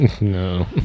No